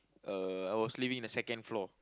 uh I was living in the second floor